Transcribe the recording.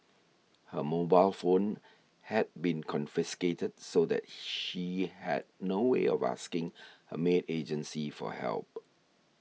her mobile phone had been confiscated so that she had no way of asking her maid agency for help